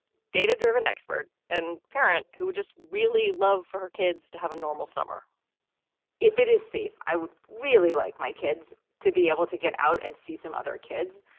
data driven expert and parent who just really love for her kids to have a normal summer if it is safe i would really like my kids to be able to get out and see some other kids.